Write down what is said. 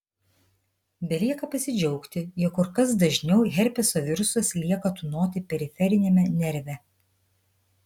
belieka pasidžiaugti jog kur kas dažniau herpeso virusas lieka tūnoti periferiniame nerve